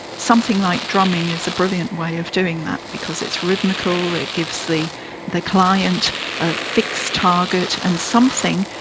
something like drumming is a brilliant way of doing that because it's rhythmical, it gives the the client a fixed target, and something,